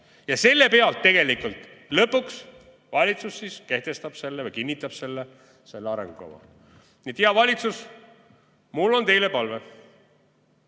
Ja selle põhjal tegelikult lõpuks valitsus kehtestab või kinnitab selle arengukava. Nii et hea valitsus, mul on teile palve: